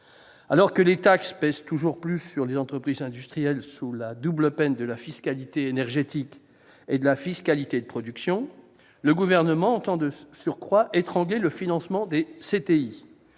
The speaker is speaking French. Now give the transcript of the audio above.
Alors que les taxes pèsent toujours plus sur les entreprises industrielles, avec la double peine de la fiscalité énergétique et de la fiscalité de production, le Gouvernement entend, de surcroît, étrangler le financement des